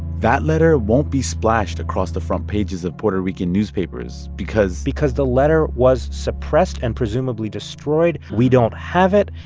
that letter won't be splashed across the front pages of puerto rican newspapers because. because the letter was suppressed and presumably destroyed. we don't have it,